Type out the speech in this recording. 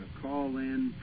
call-in